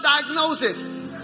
diagnosis